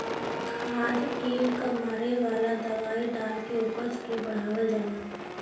खाद कीट क मारे वाला दवाई डाल के उपज के बढ़ावल जाला